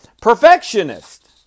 perfectionist